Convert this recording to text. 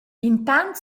intant